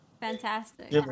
Fantastic